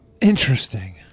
Interesting